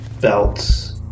belts